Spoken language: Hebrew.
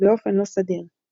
באופן לא סדיר.